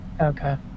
Okay